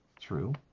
True